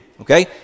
Okay